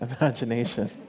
imagination